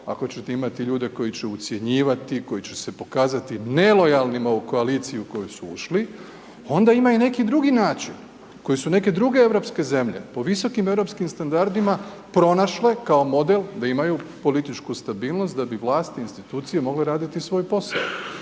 ako ćete imati ljude koji će ucjenjivati, koji će se pokazati nelojalnima u koaliciji u koju su ušli, onda ima i neki drugi način, koje su neke druge europske zemlje, po visokim europskim standardima, pronašle kao model, da imaju političku stabilnost, da bi vlast i institucije mogle raditi svoj posao,